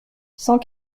cent